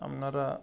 আপনারা